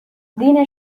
دین